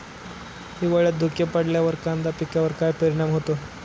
हिवाळ्यात धुके पडल्यावर कांदा पिकावर काय परिणाम होतो?